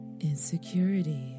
insecurity